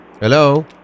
hello